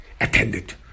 attended